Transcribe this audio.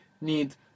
need